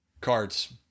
Cards